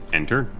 Enter